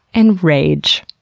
and rage.